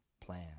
plan